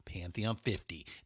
Pantheon50